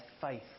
faith